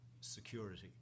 security